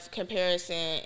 comparison